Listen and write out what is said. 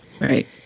right